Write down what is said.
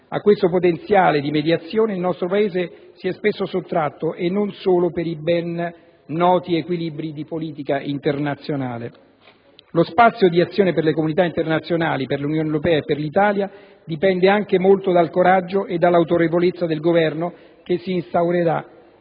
A questo potenziale di mediazione il nostro Paese si è spesso sottratto, e non solo per i ben noti equilibri di politica internazionale. Lo spazio di azione per la comunità internazionale, per l'Unione europea e per l'Italia dipende anche molto dal coraggio e dall'autorevolezza del Governo che si instaurerà,